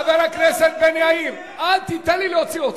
חבר הכנסת בן-ארי, אל תיתן לי להוציא אותך.